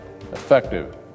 effective